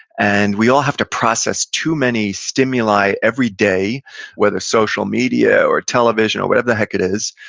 and we all have to process too many stimuli every day whether social media or television or whatever the heck it is.